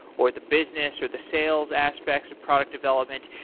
or the business, or the sales aspects of product development,